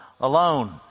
alone